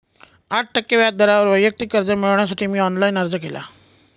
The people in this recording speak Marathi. आठ टक्के व्याज दरावर वैयक्तिक कर्ज मिळविण्यासाठी मी ऑनलाइन अर्ज केला